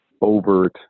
overt